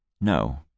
No